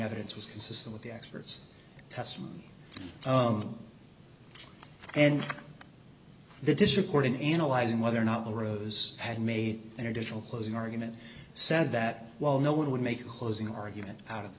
evidence was consistent with the experts test and the dish recording analyzing whether or not the rose had made an additional closing argument said that well no one would make a closing argument out of